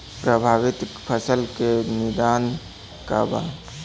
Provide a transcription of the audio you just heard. प्रभावित फसल के निदान का बा?